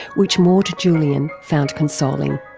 which maude julien found consoling.